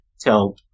tell